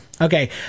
Okay